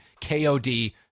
KOD